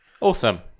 Awesome